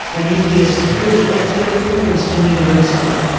a nuclear security expert from princeton university.